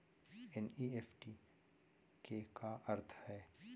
NEFT के का अर्थ है?